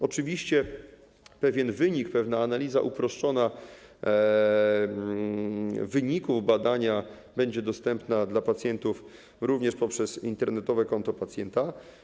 Oczywiście pewien wynik, pewna analiza uproszczona wyników badania będzie dostępna dla pacjentów również poprzez internetowe konto pacjenta.